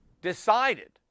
decided